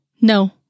No